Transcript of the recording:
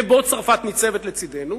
ובעניין הזה צרפת ניצבת לצדנו,